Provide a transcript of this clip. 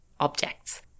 Objects